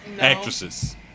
Actresses